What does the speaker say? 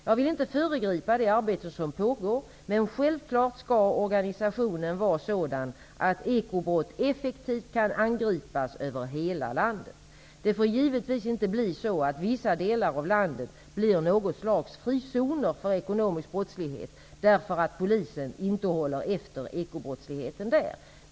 Jag vill inte föregripa det arbete som pågår, men självklart skall organisationen vara sådan att ekobrott effektivt kan angripas över hela landet. Det får givetvis inte bli så att vissa delar av landet blir något slags frizoner för ekonomisk brottslighet därför att polisen inte håller efter ekobrottsligheten där.